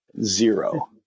Zero